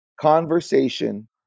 conversation